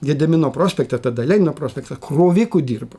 gedimino prospekte tada lenino prospekta kroviku dirbau